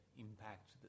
impact